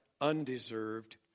undeserved